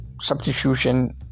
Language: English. substitution